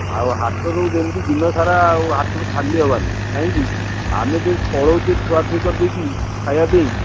ଆଉ ହାଟରୁ ଯେମିତି ଦିନସାରା ଆଉ ହାଟରୁ ଖାଲି ହେବାନି କାହିଁକି ଆମେ ଯେଉଁ ପଳାଉଛେ ଥୁଆ ଥୁଇ କରିଦେଇକି ଖାଇବା ପାଇଁ